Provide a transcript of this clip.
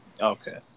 Okay